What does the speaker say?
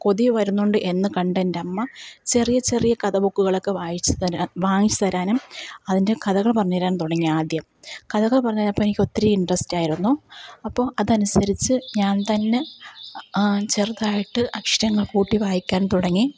കൊതി വരുന്നുണ്ട് എന്നു കണ്ട എന്റെ അമ്മ ചെറിയ ചെറിയ കഥ ബുക്കുകളൊക്കെ വായിച്ചു തരാന് വാങ്ങിച്ചു തരാനും അതിന്റെ കഥകള് പറഞ്ഞു തരാനും തുടങ്ങി ആദ്യം കഥകള് പറഞ്ഞു തരുമ്പോൾ എനിക്ക് ഒത്തിരി ഇന്ട്രസ്റ്റ് ആയിരുന്നു അപ്പോൾ അതനുസരിച്ചു ഞാന് തന്നെ ചെറുതായിട്ട് അക്ഷരങ്ങള് കൂട്ടി വായിക്കാന് തുടങ്ങി